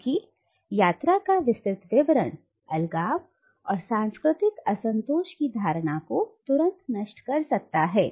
क्योंकि यात्रा का विस्तृत विवरण अलगाव और सांस्कृतिक असंतोष की धारणा को तुरंत नष्ट कर सकता है